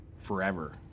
forever